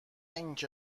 اینکه